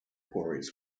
quarries